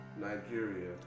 Nigeria